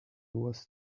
was